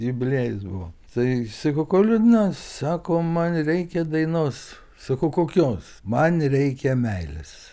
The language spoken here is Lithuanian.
jubiliejus buvo tai sakau ko liūdna sako man reikia dainos sakau kokios man reikia meilės